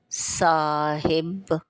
ਸਾਹਿਬ